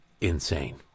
insane